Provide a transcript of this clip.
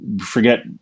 forget